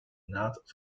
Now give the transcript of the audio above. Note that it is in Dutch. naad